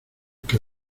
que